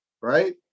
right